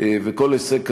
וכל הישג כזה,